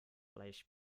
gleich